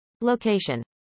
Location